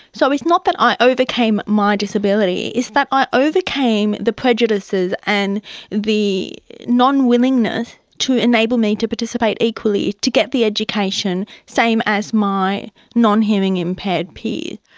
so it's not that i overcame my disability, it's that i overcame the prejudices and the non-willingness to enable me to participate equally to get the education the same as my non-hearing impaired peers.